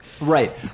Right